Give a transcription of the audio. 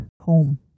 home